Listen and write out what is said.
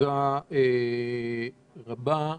תודה רבה.